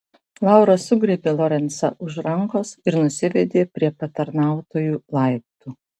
laura sugriebė lorencą už rankos ir nusivedė prie patarnautojų laiptų